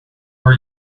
our